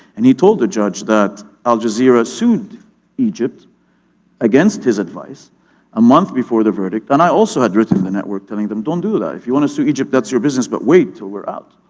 and he told the judge that al jazeera sued egypt against his advice a month before the verdict. and i also had written the network, telling them don't do that. if you wanna sue egypt, that's your business, but wait till we're out.